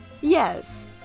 Yes